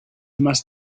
must